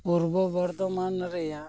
ᱯᱩᱨᱵᱚ ᱵᱚᱨᱫᱷᱚ ᱢᱟᱱ ᱨᱮᱭᱟᱜ